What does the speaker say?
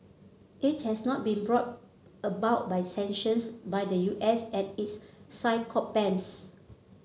it has not been brought about by sanctions by the U S and its sycophants